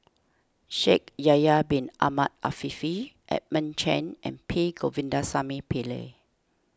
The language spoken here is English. Shaikh Yahya Bin Ahmed Afifi Edmund Cheng and P Govindasamy Pillai